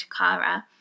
Takara